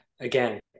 Again